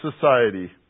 society